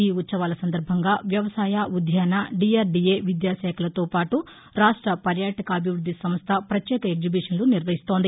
ఈ ఉత్సవాల సందర్భంగా వ్యవసాయ ఉ ద్యాన డీఆర్దీఏ విద్యా శాఖలతో పాటు రాష్ట పర్యాటకాభివృద్ది సంస్ద పత్యేక ఎగ్జిబిషన్లు నిర్వహిస్తోంది